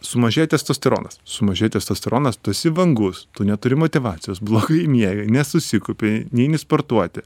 sumažėjo testosteronas sumažėjo testosteronas tu esi vangus tu neturi motyvacijos blogai miegi nesusikaupi neini sportuoti